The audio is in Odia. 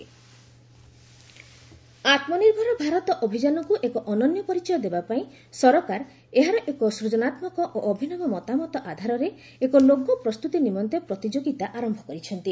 ଆତ୍ମନିର୍ଭର ଭାରତ ଆତ୍ମନିର୍ଭର ଭାରତ ଅଭିଯାନକୁ ଏକ ଅନନ୍ୟ ପରିଚୟ ଦେବାପାଇଁ ସରକାର ଏହାର ଏକ ସୂଜନାତ୍କକ ଓ ଅଭିନବ ମତାମତ ଆଧାରରେ ଏକ ଲୋଗୋ ପ୍ରସ୍ତୁତି ନିମନ୍ତେ ପ୍ରତିଯୋଗିତା ଆରମ୍ଭ କରିଛନ୍ତି